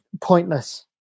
pointless